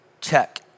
check